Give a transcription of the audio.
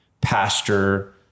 pastor